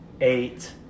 eight